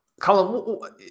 Colin